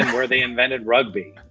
where they invented rugby.